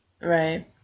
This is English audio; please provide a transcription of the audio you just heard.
Right